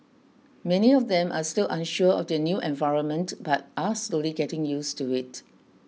many of them are still unsure of their new environment but are slowly getting used to it